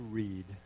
read